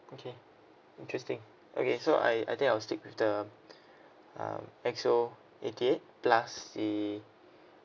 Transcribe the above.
okay interesting okay so I I think I'll stick with the um X_O eighty eight plus the